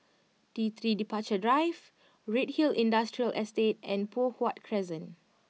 T three Departure Drive Redhill Industrial Estate and Poh Huat Crescent